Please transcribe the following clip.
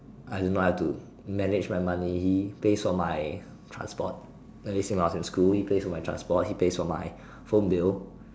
I don't know I have to manage my money pays for my transport ever since I was in school he pays for my transport he pays for my phone bill